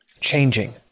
changing